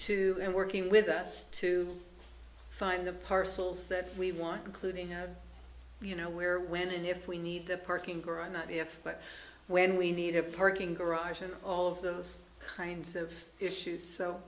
too and working with us to find the parcels that we want including you know where when and if we need the parking garage not if but when we need a parking garage and all of those kinds of issues so